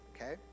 Okay